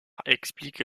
explique